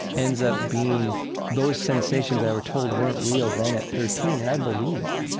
ends up being those sensations i were told weren't real then at thirteen and i believed.